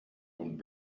und